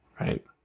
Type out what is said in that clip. right